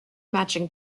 matching